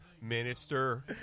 minister